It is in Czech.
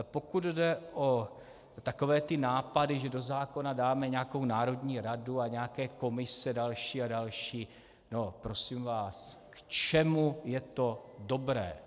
Pokud jde o takové nápady, že do zákona dáme nějakou národní radu a nějaké komise další a další no prosím vás, k čemu je to dobré?